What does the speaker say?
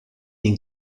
den